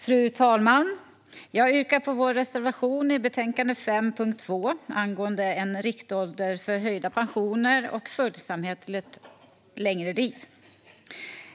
Fru talman! Jag yrkar bifall till vår reservation i betänkande SfU5 under punkt 2 angående en riktålder för höjda pensioner och följsamhet till ett längre liv.